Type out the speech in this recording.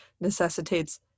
necessitates